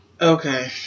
Okay